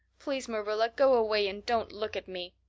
please, marilla, go away and don't look at me.